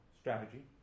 strategy